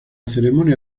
ceremonia